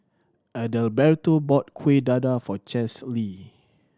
Adalberto bought Kuih Dadar for Chesley